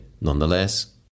nonetheless